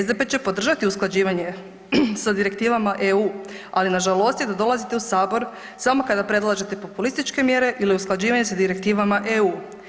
SDP će podržati usklađivanje sa direktivama EU, ali nas žalosti da dolazite u Sabor samo kada predlažete populističke mjere ili usklađivanje sa direktivama EU.